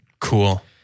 Cool